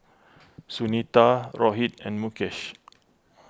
Sunita Rohit and Mukesh